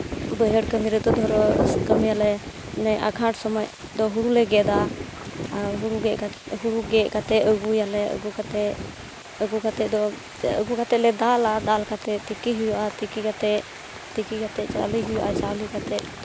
ᱵᱟᱹᱭᱦᱟᱹᱲ ᱠᱟᱹᱢᱤ ᱨᱮᱫᱚ ᱫᱷᱚᱨᱚ ᱠᱟᱹᱢᱤᱭᱟᱞᱮ ᱟᱸᱜᱷᱟᱬ ᱥᱚᱢᱚᱭ ᱫᱚ ᱦᱩᱲᱩ ᱞᱮ ᱜᱮᱫᱟ ᱟᱨ ᱦᱩᱲᱩ ᱜᱮᱫ ᱠᱟᱛᱮᱫ ᱦᱩᱲᱩ ᱜᱮᱫ ᱠᱟᱛᱮᱫ ᱟᱹᱜᱩᱭᱟᱞᱮ ᱟᱹᱜᱩ ᱠᱟᱛᱮᱫ ᱟᱹᱜᱩ ᱠᱟᱛᱮᱫ ᱫᱚ ᱮᱱᱛᱮᱫ ᱟᱹᱜᱩ ᱠᱟᱛᱮᱫ ᱞᱮ ᱫᱟᱞᱟ ᱫᱟᱞ ᱠᱟᱛᱮᱫ ᱛᱤᱠᱤ ᱦᱩᱭᱩᱜᱼᱟ ᱛᱤᱠᱤ ᱠᱟᱛᱮᱫ ᱛᱤᱠᱤ ᱠᱟᱛᱮᱫ ᱪᱟᱣᱞᱮ ᱦᱩᱭᱩᱜᱼᱟ ᱪᱟᱣᱞᱮ ᱠᱟᱛᱮᱫ